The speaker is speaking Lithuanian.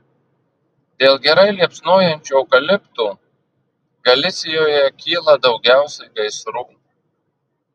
dėl gerai liepsnojančių eukaliptų galisijoje kyla daugiausiai gaisrų